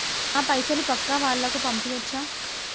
నా పైసలు పక్కా వాళ్ళకు పంపియాచ్చా?